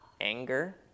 anger